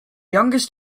youngest